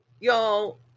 y'all